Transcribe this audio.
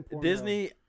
Disney